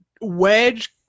wedge